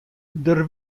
der